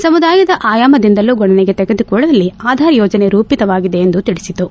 ಸಮುದಾಯದ ಆಯಾಮದಿಂದಲೂ ಗಣನೆಗೆ ತೆಗೆದುಕೊಳ್ಳುವಲ್ಲಿ ಆಧಾರ್ ಯೋಜನೆ ರೂಪಿತವಾಗಿದೆ ಎಂದು ತಿಳಿಸಿತು